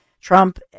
Trump